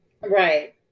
right